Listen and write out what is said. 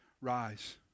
rise